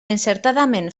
encertadament